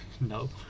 No